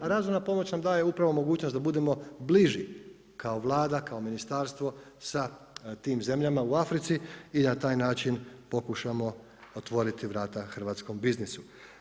A razvojna pomoć na da je upravo mogućnost da budemo bliži kao Vlada, ako ministarstvo sa tim zemljama u Africi i na taj način pokušamo otvoriti vrata hrvatskom biznisu.